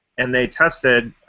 and they tested